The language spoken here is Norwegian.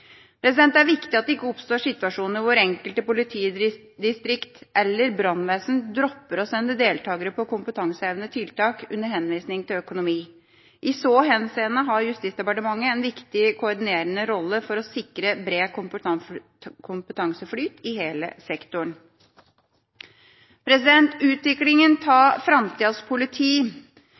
Det er viktig at det ikke oppstår situasjoner hvor enkelte politidistrikt eller brannvesen dropper å sende deltagere på kompetansehevende tiltak, under henvisning til økonomi. I så henseende har Justisdepartementet en viktig koordinerende rolle for å sikre bred kompetanseflyt i hele sektoren. Utviklinga av framtidas politi-,